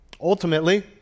Ultimately